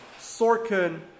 Sorkin